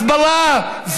הסברה,